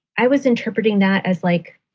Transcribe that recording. i was interpreting that as like,